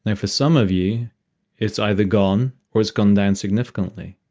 and for some of you it's either gone or it's gone down significantly.